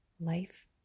Life